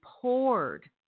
poured